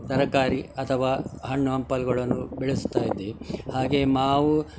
ತರಕಾರಿ ಅಥವಾ ಹಣ್ಣು ಹಂಪಲುಗಳನ್ನು ಬೆಳೆಸ್ತಾ ಇದ್ದೀವಿ ಹಾಗೇ ಮಾವು